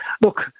look